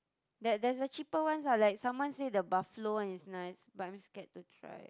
there there's a cheaper ones ah like someone say the buffalo one is nice but I'm scared to try